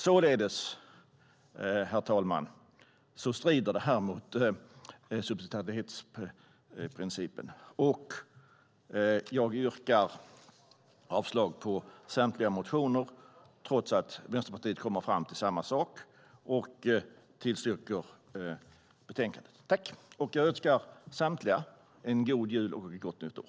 Således, herr talman, strider detta mot subsidiaritetsprincipen. Jag yrkar avslag på samtliga motioner, trots att Vänsterpartiet kommer fram till samma sak, och bifall till förslaget i betänkandet. Jag önskar samtliga en god jul och ett gott nytt år.